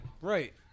Right